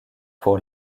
pour